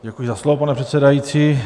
Děkuji za slovo, pane předsedající.